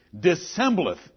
dissembleth